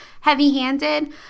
heavy-handed